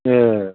ए